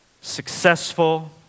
successful